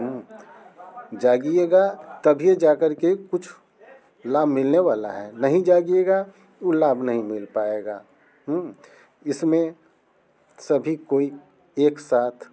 जगिएगा तभी जाकर के कुछ लाभ मिलने वाला है नहीं जगियेगा उ लाभ नहीं मिल पाएगा इसमें सभी कोई एक साथ